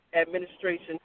administration